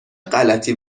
غلتی